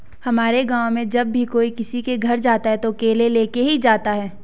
हमारे गाँव में जब भी कोई किसी के घर जाता है तो केले लेके ही जाता है